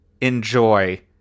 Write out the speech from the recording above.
enjoy